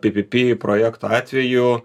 ppp projekto atveju